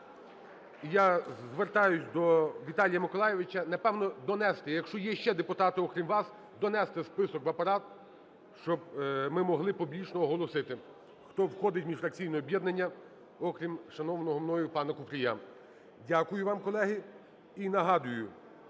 я звертаюся до Віталія Миколайовича: напевно, донести, якщо є ще депутати окрім вас, донести список в Апарат, щоб ми могли публічно оголосити, хто входить у міжфракційне об'єднання окрім шановного мною пана Купрія. Дякую вам, колеги. І нагадую,